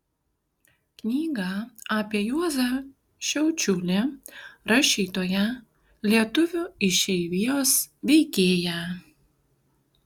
knyga apie juozą šiaučiulį rašytoją lietuvių išeivijos veikėją